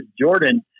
Jordan